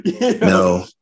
No